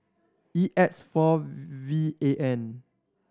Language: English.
E X four V A N